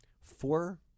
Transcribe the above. four